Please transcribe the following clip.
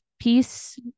peace